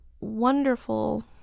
wonderful